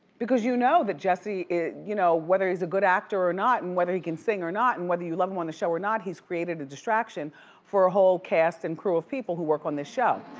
because you know that jussie, you know whether he's a good actor or not, and whether he can sing or not, and whether you love him on the show or not, he's created a distraction for a whole cast and crew of people who work on this show.